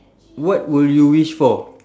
what will you wish for